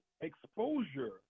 exposure